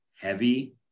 Heavy